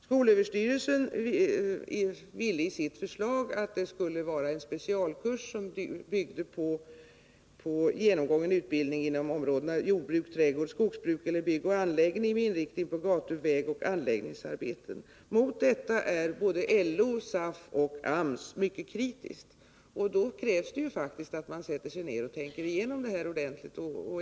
SÖ ville i sitt förslag att det skulle vara en specialkurs som byggde på genomgången utbildning inom områdena jordbruk, trädgård, skogsbruk eller bygg och anläggning med inriktning på gatu-, vägoch anläggningsarbeten. Mot detta är både LO, SAF och AMS mycket kritiska. Då krävs det faktiskt att man tänker igenom detta ordentligt.